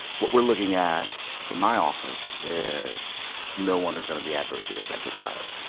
what we're looking at from my office is no one is going to be adversely affected by it